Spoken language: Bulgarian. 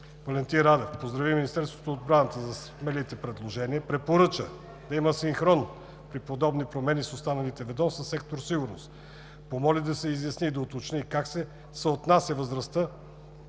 Валентин Радев поздрави Министерството на отбраната за смелите предложения. Препоръча да има синхрон при подобни промени с останалите ведомства в сектор „Сигурност“. Помоли да се изясни и доуточни как се съотнасят възрастта